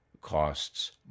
costs